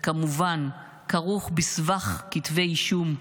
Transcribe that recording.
וכמובן כרוך בסבך כתבי אישום,